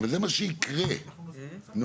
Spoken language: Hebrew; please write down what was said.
וועדה מקומית --- לא,